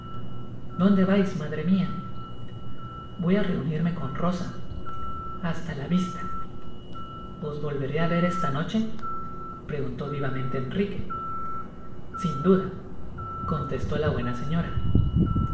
dónde vais madre mia voy á reunime con rosa hasta la vista os volveré á ver esta noche preguntó vivamente enrique sin duda t contestó la buena señora